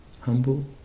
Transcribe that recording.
humble